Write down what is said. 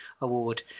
Award